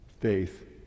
faith